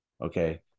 Okay